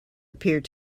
appeared